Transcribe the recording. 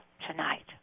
tonight